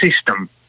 system